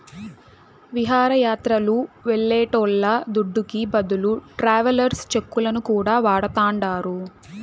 విహారయాత్రలు వెళ్లేటోళ్ల దుడ్డుకి బదులు ట్రావెలర్స్ చెక్కులను కూడా వాడతాండారు